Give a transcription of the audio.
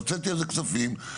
הוצאתי על זה כספים,